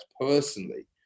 personally